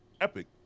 epic